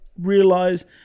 realize